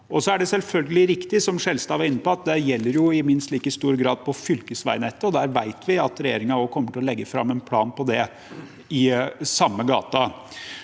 Så er det selvfølgelig riktig, som Skjelstad var inne på, at det gjelder i minst like stor grad på fylkesveinettet, og der vet vi at regjeringen kommer til å legge fram en plan i samme gate.